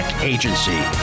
Agency